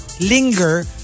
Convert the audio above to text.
linger